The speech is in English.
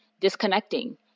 disconnecting